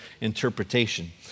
interpretation